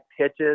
pitches